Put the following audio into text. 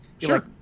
sure